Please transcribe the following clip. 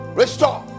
restore